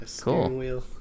Cool